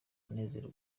munezero